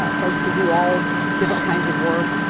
ah folks who do all different kinds of work.